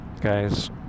guys